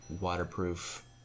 waterproof